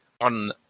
on